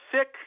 sick